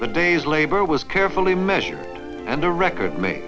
the day's labor was carefully measured and the record ma